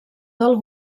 del